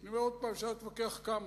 אני אומר עוד פעם: אפשר להתווכח כמה,